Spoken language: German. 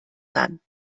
kann